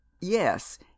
Yes